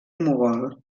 mogol